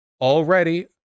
already